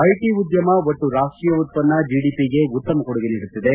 IT ಉದ್ಯಮ ಒಟ್ಟು ರಾಷ್ಟೀಯ ಉತ್ಪನ್ನ ಜಿಡಿಪಿಗೆ ಉತ್ತಮ ಕೊಡುಗೆ ನೀಡುತ್ತಿದೆ